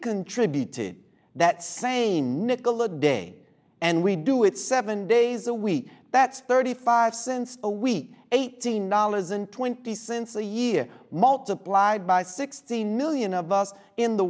contributed that same nickel a day and we do it seven days a week that's thirty five cents a week eighteen dollars and twenty cents a year multiplied by sixteen million of us in the